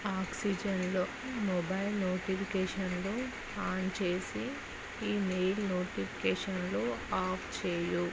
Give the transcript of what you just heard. ఆక్సిజెన్లో mobile నోటిఫికేషన్లు on చేసి email నోటిఫికేషన్లు ఆఫ్ చెయ్యి